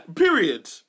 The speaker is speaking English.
Period